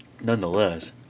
nonetheless